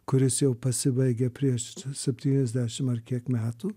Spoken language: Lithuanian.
kuris jau pasibaigė prieš septyniasdešim ar kiek metų